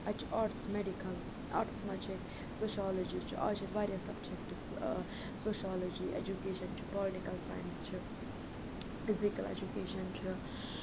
اَتہِ چھِ arts medical arts منٛز چھِ ییٚتہِ سوشالجی چھِ آز چھِ اَتہِ واریاہ سَبجَکٹٕس سوشالجی اٮ۪جُکیشَن چھُ پالٹِکَل ساینٕس چھِ فِزِکَل اٮ۪جُکیشَن چھُ